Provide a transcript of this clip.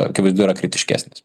akivaizdu yra kritiškesnės